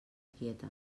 quieta